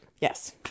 Yes